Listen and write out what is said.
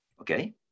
okay